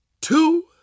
two